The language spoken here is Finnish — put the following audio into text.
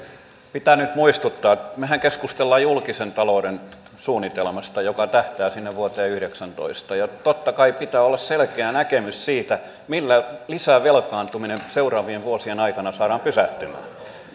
pitää nyt muistuttaa mehän keskustelemme julkisen talouden suunnitelmasta joka tähtää sinne vuoteen yhdeksäntoista totta kai pitää olla selkeä näkemys siitä millä lisävelkaantuminen seuraavien vuosien aikana saadaan pysähtymään